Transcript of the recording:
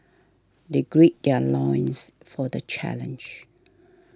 they gird their loins for the challenge